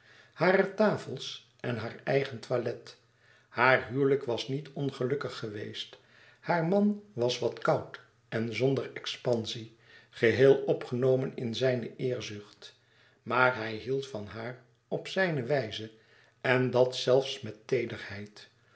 harer tafels en haar eigen toilet haar huwelijk was niet ongelukkig geweest haar man was wat koud en zonder expansie geheel opgenomen in zijne eerzucht maar hij hield van haar op zijne wijze en dat zelfs met